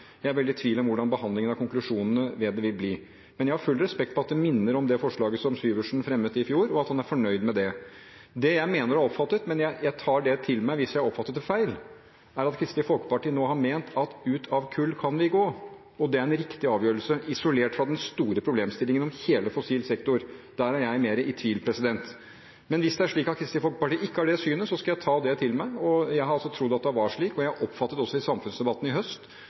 jeg er veldig i tvil om hvordan behandlingen av konklusjonene ved det vil bli, men jeg har full respekt for at det minner om det forslaget som Syversen fremmet i fjor, og at han er fornøyd med det. Det jeg mener å ha oppfattet – men jeg tar det til meg hvis jeg har oppfattet det feil – er at Kristelig Folkeparti nå har ment at ut av kull kan vi gå. Det er en riktig avgjørelse sett isolert fra den store problemstillingen om hele fossil sektor. Der er jeg mer i tvil. Men hvis det er slik at Kristelig Folkeparti ikke har det synet, så skal jeg ta det til meg, men jeg har altså trodd at det var slik, og jeg oppfattet det også slik i samfunnsdebatten i høst.